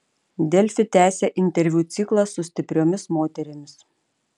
delfi tęsia interviu ciklą su stipriomis moterimis